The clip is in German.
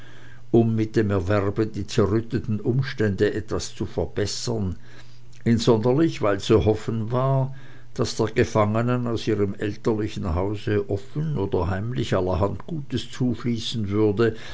um mit dem erwerbe die zerrütteten umstände etwas zu verbessern insonderlich weil zu hoffen war daß der gefangenen aus ihrem elterlichen hause offen oder heimlich allerhand gutes zufließen würde